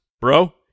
bro